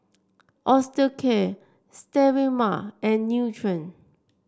Osteocare Sterimar and Nutren